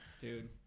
Dude